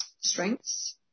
strengths